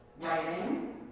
writing